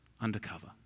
undercover